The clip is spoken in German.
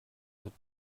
wird